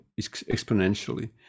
exponentially